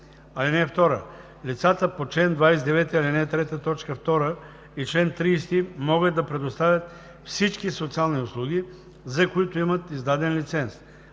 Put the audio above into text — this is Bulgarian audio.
(2) Лицата по чл. 29, ал. 3, т. 2 и чл. 30 могат да предоставят всички социални услуги, за които имат издаден лиценз.